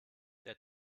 der